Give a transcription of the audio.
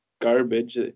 garbage